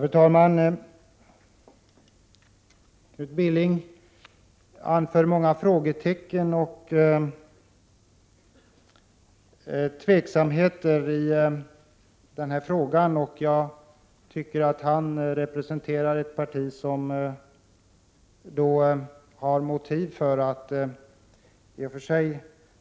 Fru talman! Knut Billing anför många frågetecken och tveksamheter. I och för sig representerar han ett parti som jag tycker har motiv för att